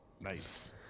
Nice